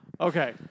Okay